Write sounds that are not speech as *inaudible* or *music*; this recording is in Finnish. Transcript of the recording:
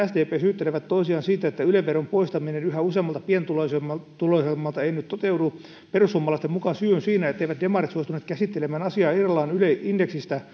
sdp syyttelevät toisiaan siitä että yle veron poistaminen yhä useammalta pienituloisimmalta ei nyt toteudu perussuomalaisten mukaan syy on siinä ettei demarit suostuneet käsittelemään asiaa irrallaan yle indeksistä *unintelligible*